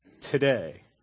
Today